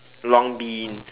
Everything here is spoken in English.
long bean